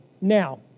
Now